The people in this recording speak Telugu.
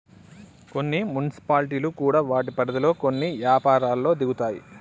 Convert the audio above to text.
కొన్ని మున్సిపాలిటీలు కూడా వాటి పరిధిలో కొన్ని యపారాల్లో దిగుతాయి